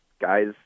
guys